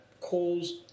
calls